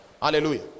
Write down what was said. Hallelujah